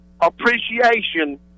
Appreciation